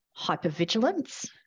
hypervigilance